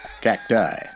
Cacti